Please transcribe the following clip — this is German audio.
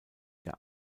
der